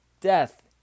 death